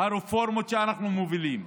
הרפורמות שאנחנו מובילים,